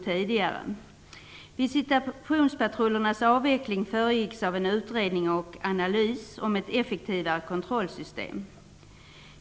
Visitationspatrullernas avveckling föregicks av en utredning och analys om ett effektivare kontrollsystem.